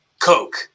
Coke